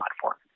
platform